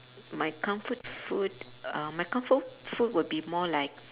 my comfort food uh my comfort food will be more like